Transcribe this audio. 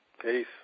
Peace